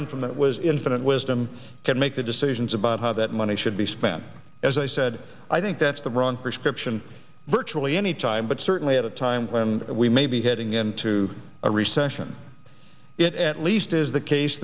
in from that was infinite wisdom can make the decisions about how that money should be spent as i said i think that's the wrong prescription virtually any time but certainly at a time when we may be heading into a recession it at least is the case